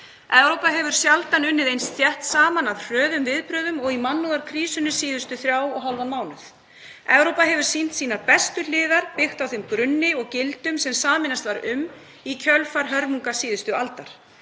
Evrópa hefur sjaldan unnið eins þétt saman að hröðum viðbrögðum og í mannúðarkrísunni síðustu þrjá mánuði, eða rúmlega það. Evrópa hefur sýnt sínar bestu hliðar og byggt á þeim grunni og gildum sem sameinast var um í kjölfar hörmunga síðustu aldar.